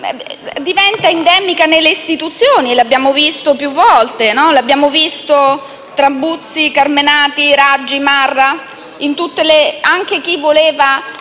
diventa endemica nelle istituzioni, come abbiamo visto più volte. L'abbiamo visto tra Buzzi, Carminati, Raggi e Marra: anche chi voleva